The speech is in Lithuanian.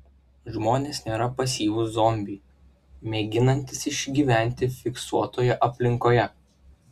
žmonės nėra pasyvūs zombiai mėginantys išgyventi fiksuotoje aplinkoje